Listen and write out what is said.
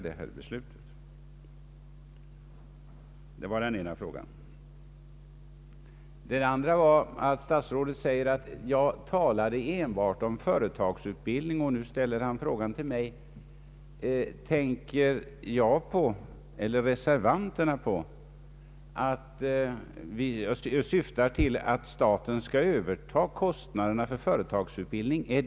Den andra var att statsrådet sade att jag enbart talade om företagsutbildning och han ställde frågan till mig om reservanterna syftar till att staten skall överta kostnaderna för företagsutbildning.